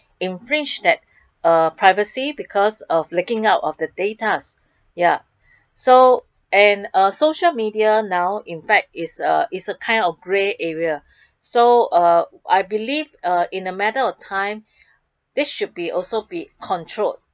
infringe that uh privacy because of leaking out of the datas ya so and uh social media now in fact is a is a kind of the grey area so uh I believe uh in a matter of time this should be also be controlled